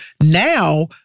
now